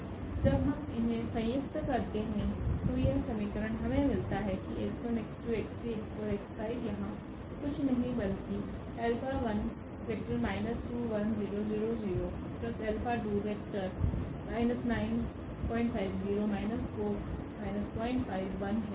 और जब हम इन्हें संयुक्त करते है तो यह समीकरण हमें मिलता है की यहाँ कुछ नहीं बल्कि है